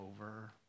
over